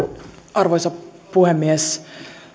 arvoisa puhemies